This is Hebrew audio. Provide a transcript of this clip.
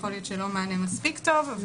יכול להיות שלא מענה מספיק טוב,